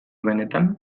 benetan